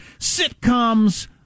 Sitcoms